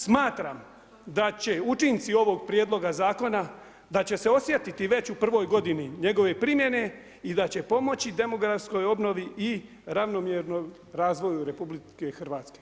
Smatram da će učinci ovoga prijedloga zakona da će se osjetiti već u prvoj godini njegove primjene i da će pomoći demografskoj obnovi i ravnomjernom razvoju RH.